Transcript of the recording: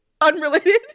unrelated